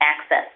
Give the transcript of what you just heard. access